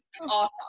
awesome